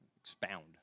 Expound